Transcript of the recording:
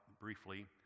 briefly